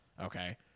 Okay